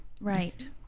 Right